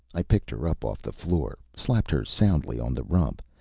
i picked her up off the floor, slapped her soundly on the rump,